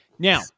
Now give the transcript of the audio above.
Now